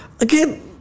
Again